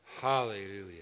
Hallelujah